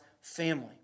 family